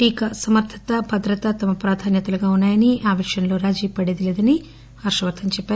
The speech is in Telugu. ఇక సమర్దత భద్రత తమ ప్రాధాన్యతగా ఉందని ఆ విషయంలో రాజీపడేది లేదని హర్షవర్దన్ చెప్పారు